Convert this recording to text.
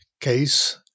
case